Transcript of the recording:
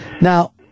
Now